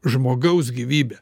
žmogaus gyvybę